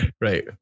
right